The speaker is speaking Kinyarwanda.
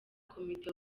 komite